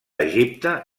egipte